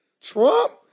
Trump